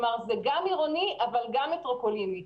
כלומר, זה גם עירוני וגם מטרופוליני.